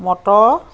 motor